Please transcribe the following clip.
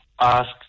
ask